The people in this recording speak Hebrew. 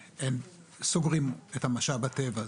סוגרים את משאב הטבע,